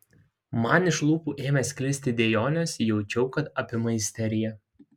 man iš lūpų ėmė sklisti dejonės jaučiau kad apima isterija